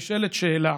נשאלת שאלה